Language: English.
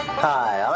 Hi